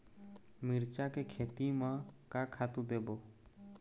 मिरचा के खेती म का खातू देबो?